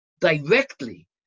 directly